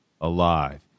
alive